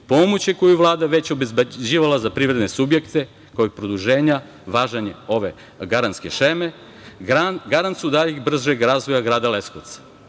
pomoći koju je Vlada već obezbeđivala za privredne subjekte, kao i produženja važenja ove garantske šeme, garant su daljeg bržeg razvoja grada Leskovca.